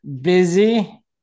busy